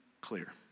clear